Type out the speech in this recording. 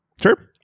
sure